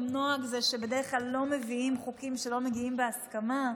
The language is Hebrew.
גם נוהג זה שבדרך כלל לא מביאים חוקים שלא מגיעים בהסכמה.